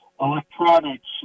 electronics